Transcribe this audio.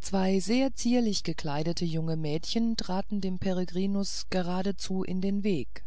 zwei sehr zierlich gekleidete junge mädchen traten dem peregrinus geradezu in den weg